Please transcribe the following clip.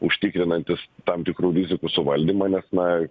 užtikrinantis tam tikrų rizikų suvaldymą nes na